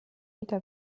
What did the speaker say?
ida